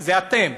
זה אתם.